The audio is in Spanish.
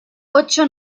ocho